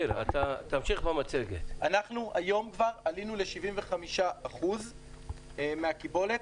היום עלינו כבר ל-75% מהקיבולת.